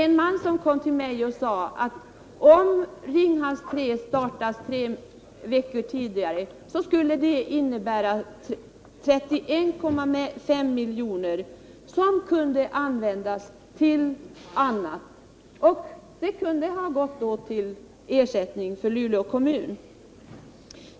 En man kom till mig och sade: Om Ringhals 3 startar tre veckor tidigare än avsett skulle det innebära 31,5 miljoner, som kunde användas på annat sätt. De kunde exempelvis ha gått till ersättning åt Luleå kommun.